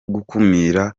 gukumira